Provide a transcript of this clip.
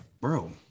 bro